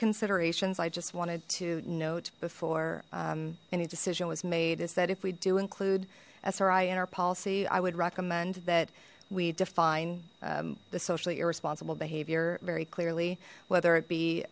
considerations i just wanted to note before any decision was made is that if we do include s ri in our policy i would recommend that we define the socially irresponsible behavior very clearly whether it be